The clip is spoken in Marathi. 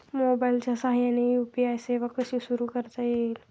मोबाईलच्या साहाय्याने यू.पी.आय सेवा कशी सुरू करता येईल?